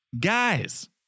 guys